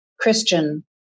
Christian